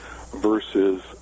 versus